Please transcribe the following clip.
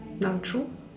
not true